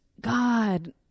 God